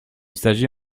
s’agit